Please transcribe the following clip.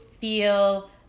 feel